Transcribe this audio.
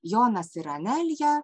jonas ir nmeliją